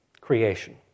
creation